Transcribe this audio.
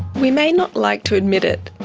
we may not like to admit it,